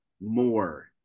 more